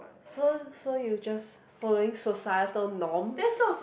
so so you say following societal norm